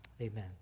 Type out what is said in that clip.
Amen